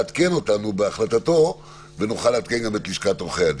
עדכן אותנו בהחלטתו ונוכל לעדכן גם את לשכת עורכי הדין.